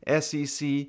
SEC